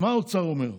מה האוצר אומר?